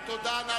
סעיף 73,